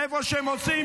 איפה שמוצאים